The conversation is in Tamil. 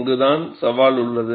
அங்குதான் சவால் உள்ளது